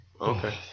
Okay